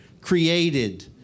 created